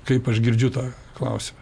kaip aš girdžiu tą klausimą